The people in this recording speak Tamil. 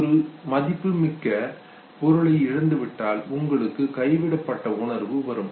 ஒரு மதிப்புமிக்க பொருளை இழந்துவிட்டால் உங்களுக்கு கைவிடப்பட்ட உணர்வு வரும்